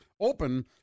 Open